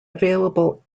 available